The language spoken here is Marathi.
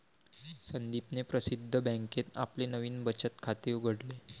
संदीपने प्रसिद्ध बँकेत आपले नवीन बचत खाते उघडले